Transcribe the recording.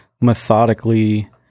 methodically